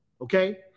okay